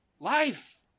Life